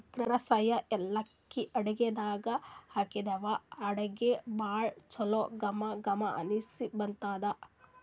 ಹಸ್ರ್ ಯಾಲಕ್ಕಿ ಅಡಗಿದಾಗ್ ಹಾಕ್ತಿವಲ್ಲಾ ಅಡಗಿ ಭಾಳ್ ಚಂದ್ ಘಮ ಘಮ ವಾಸನಿ ಬರ್ತದ್